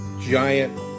giant